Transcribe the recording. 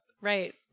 Right